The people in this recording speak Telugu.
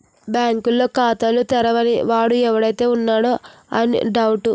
బాంకుల్లో ఖాతాలు తెరవని వాడు ఎవడైనా ఉన్నాడా అని డౌటు